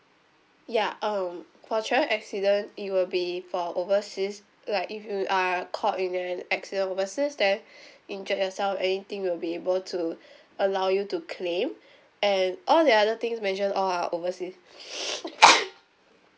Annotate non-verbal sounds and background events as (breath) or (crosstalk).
ya um for travel accident it will be for overseas like if you are caught in an accident overseas then injured yourself anything will be able to allow you to claim and all that other things mentioned all are overseas (breath) (noise)